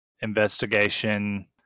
investigation